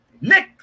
Nick